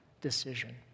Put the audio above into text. decision